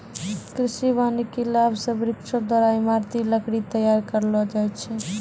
कृषि वानिकी लाभ से वृक्षो द्वारा ईमारती लकड़ी तैयार करलो जाय छै